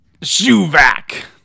Shuvak